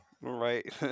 Right